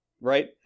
right